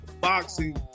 boxing